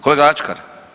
Kolega Ačkar?